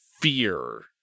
fear